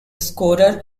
scorer